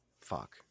Fuck